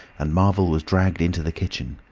and marvel was dragged into the kitchen.